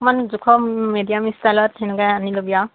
অকণমান জোখত মিডিয়াম ষ্টাইলত তেনেকৈ আনি ল'বি আৰু